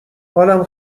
حالم